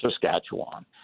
Saskatchewan